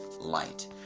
light